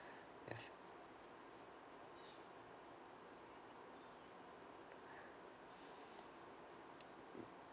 yes